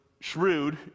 shrewd